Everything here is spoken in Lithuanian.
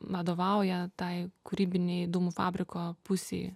vadovauja tai kūrybinei dūmų fabriko pusei